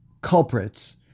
culprits